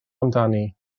amdani